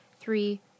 three